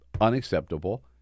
unacceptable